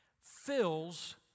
fills